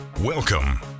Welcome